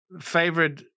favorite